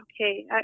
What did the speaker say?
okay